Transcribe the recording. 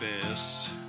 best